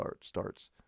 starts